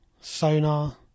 sonar